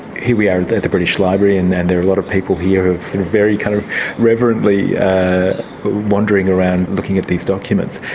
here we are at the at the british library, and and there are a lot of people here very kind of reverently wandering around looking at these documents.